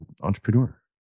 entrepreneur